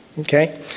Okay